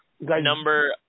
Number